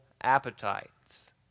appetites